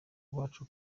iwacu